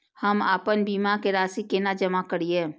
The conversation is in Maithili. हम आपन बीमा के राशि केना जमा करिए?